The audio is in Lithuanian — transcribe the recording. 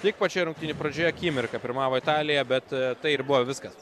tik pačioje rungtynių pradžioje akimirką pirmavo italija bet tai ir buvo viskas